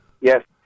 Yes